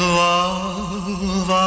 love